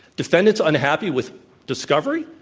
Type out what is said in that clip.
defendants unhappy with discovery?